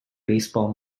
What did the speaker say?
baseball